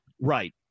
Right